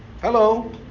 Hello